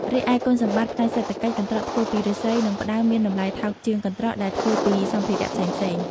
រីឯគុណសម្បត្តិផ្នែកសេដ្ឋកិច្ច កន្ត្រកធ្វើពីឫស្សី និងផ្តៅមានតម្លៃថោកជាងកន្ត្រកដែលធ្វើពីសម្ភារៈផ្សេងៗ។